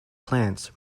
plants